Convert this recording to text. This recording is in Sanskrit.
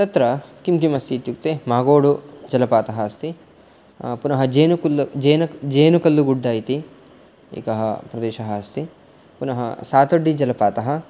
तत्र किं किम् अस्ति इत्युक्ते मागोडु जलपातः अस्ति पुनः जेनुकल्लुगुड्डा इति एकः प्रदेशः अस्ति पुनः सातर्डि जलपातः